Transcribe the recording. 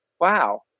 wow